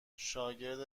شاگرد